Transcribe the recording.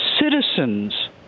citizens